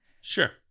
Sure